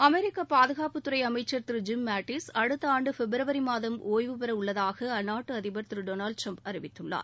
America பாதுகாப்புத்துறை அமைச்சர் திரு ஜிம் மேட்டஸ் அடுத்த ஆண்டு பிப்ரவரி மாதம் ஒய்வு பெறவுள்ளதாக அந்நாட்டு அதிபர் திரு டொனாவ்ட் டிரம்ப் அறிவித்துள்ளார்